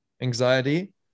anxiety